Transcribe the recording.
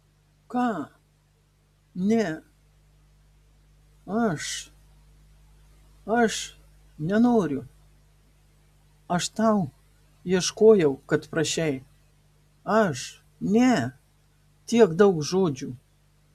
ką ne aš aš nenoriu aš tau ieškojau kad prašei aš ne tiek daug žodžių